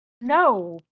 no